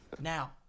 Now